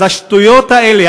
אז השטויות האלה,